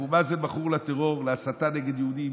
אבו מאזן מכור לטרור, להסתה נגד יהודים.